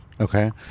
Okay